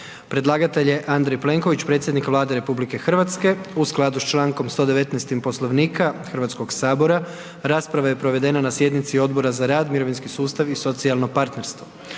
Predlagatelj je Andrej Plenković, predsjednik Vlade RH u skladu sa člankom 119. Poslovnika Hrvatskog sabora, rasprava je provedena na sjednici Odbora za rad, mirovinski sustav i socijalno partnerstvo.